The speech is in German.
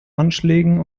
anschlägen